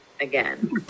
again